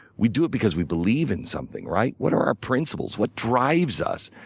we do it because we believe in something, right? what are our principles? what drives us?